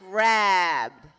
grab